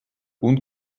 und